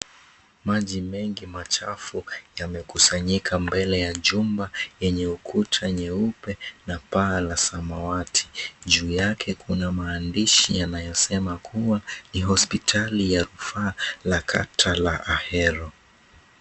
Maji mengi machafu yamekusanyika mbele ya jumba yenye ukuta nyeupe na paa la samawat. Juu yake kuna maandishi yanayosema kuwa ni hospitali ya rufaa la kata la Ahero.